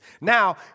Now